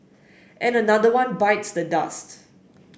and another one bites the dusts